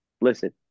Listen